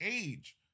age